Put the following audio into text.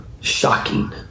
shocking